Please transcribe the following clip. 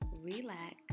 relax